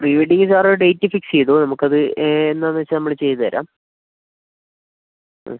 pre-wedding സാറൊരു date fix ചെയ്തോ നമുക്കത് എന്നാന്നു വെച്ചാൽ നമ്മള് ചെയ്തു തരാം മ്